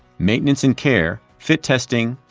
maintenance and care, fit testing,